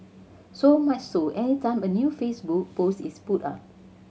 so much so any time a new Facebook post is put up